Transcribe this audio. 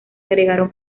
agregaron